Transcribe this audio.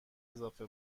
اضافه